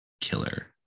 killer